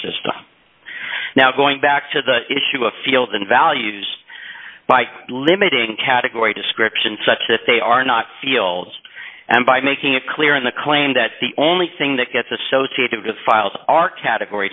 system now going back to the issue of fields and values by limiting category description such that they are not field and by making it clear in the claim that the only thing that gets associated with files are category